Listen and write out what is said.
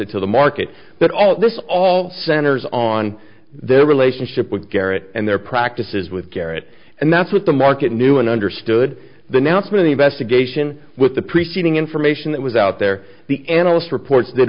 to the market that all this all centers on their relationship with garrett and their practices with garrett and that's what the market knew and understood the now from the investigation with the preceding information that was out there the analyst reports that